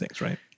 right